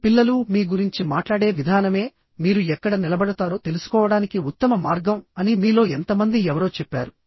మీ పిల్లలు మీ గురించి మాట్లాడే విధానమే మీరు ఎక్కడ నిలబడతారో తెలుసుకోవడానికి ఉత్తమ మార్గం అని మీలో ఎంతమంది ఎవరో చెప్పారు